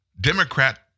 Democrat